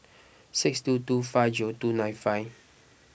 six two two five zero two nine five